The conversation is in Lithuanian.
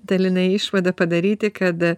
dalinai išvadą padaryti kad